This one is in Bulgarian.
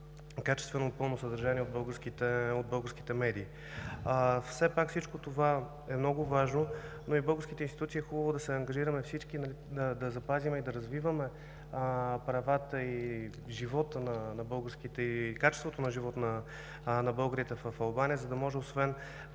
качествено пълно съдържание от българските медии. Все пак всичко това е много важно, но и българските институции е хубаво да се ангажираме всички да запазим и да развиваме правата и качеството на живот на българите в Албания, за да може освен